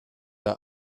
are